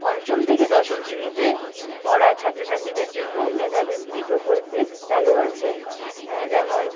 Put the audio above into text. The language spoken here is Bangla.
পঞ্চম থেকে দশম শ্রেণিতে পড়া ছাত্রছাত্রীদের জন্য মেধা বৃত্তি প্রকল্পের চালু আছে যেমন